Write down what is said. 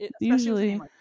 Usually